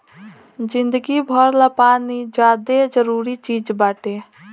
जिंदगी भर ला पानी ज्यादे जरूरी चीज़ बाटे